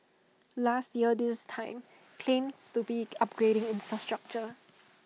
last year this time claims to be upgrading infrastructure